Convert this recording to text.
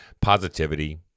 positivity